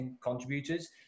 contributors